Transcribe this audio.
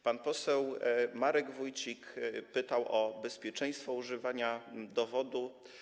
Pan poseł Marek Wójcik pytał o bezpieczeństwo używania dowodu.